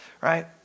Right